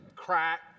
Crack